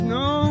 no